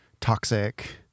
toxic